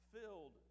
filled